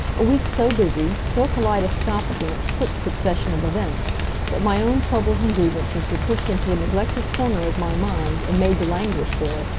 a week so busy, so kaleidoscopic in its quick succession of events that my own troubles and grievances were pushed into a neglected corner of my mind and made to languish there,